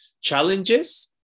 challenges